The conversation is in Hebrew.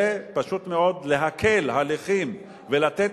זה פשוט מאוד כדי להקל הליכים ולתת